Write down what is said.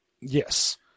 Yes